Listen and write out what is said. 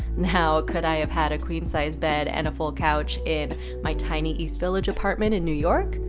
now, could i have had a queen sized bed and a full couch in my tiny east village apartment in new york?